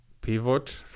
pivot